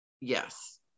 Yes